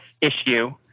issue